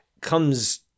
comes